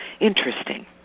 Interesting